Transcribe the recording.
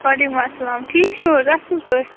وعلیکُم اَسَلام ٹھیٖک چھِو حظ اَصٕل پٲٹھۍ